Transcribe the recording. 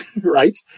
right